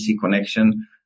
connection